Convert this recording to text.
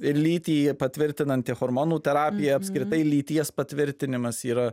ir lytį patvirtinanti hormonų terapija apskritai lyties patvirtinimas yra